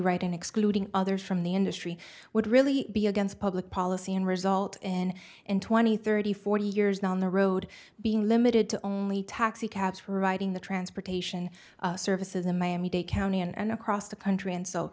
and excluding others from the industry would really be against public policy and result in in twenty thirty forty years down the road being limited to only taxicabs for writing the transportation services in miami dade county and across the country and so